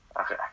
Okay